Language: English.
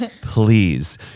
please